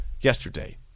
yesterday